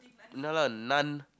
not lah non